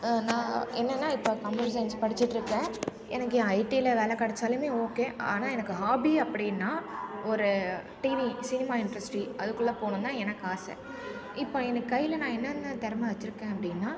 நான் என்னன்னா இப்போ கம்ப்யூட்டர் சயின்ஸ் படிச்சிட்டு இருக்கேன் எனக்கு ஏ ஐடில வேலை கிடச்சாலுமே ஓகே ஆனால் எனக்கு ஹாபீ அப்படின்னா ஒரு டிவி சினிமா இண்டஸ்ட்ரி அதுக்குள்ள போகணுன் தான் எனக்கு ஆசை இப்போ எனக்கு கையில் நான் என்னென்ன திறம வச்சிருக்கேன் அப்படின்னா